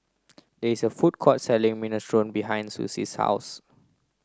there is a food court selling Minestrone behind Susie's house